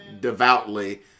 devoutly